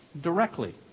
directly